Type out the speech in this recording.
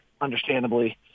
understandably